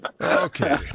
Okay